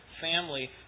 family